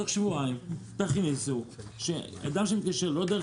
תוך שבועיים תכניסו שאדם שמתקשר לא דרך